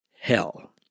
hell